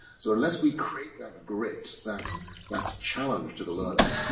so unless we crave that grit, that that challenge to the learning,